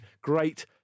Great